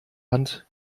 hand